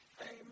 Amen